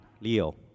Leo